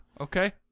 Okay